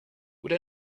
would